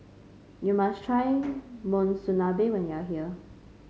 you must try Monsunabe when you are here